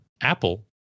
Apple